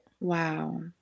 Wow